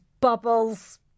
bubbles